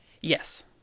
yes